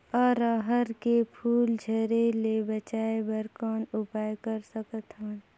अरहर के फूल झरे ले बचाय बर कौन उपाय कर सकथव?